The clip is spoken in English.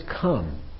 come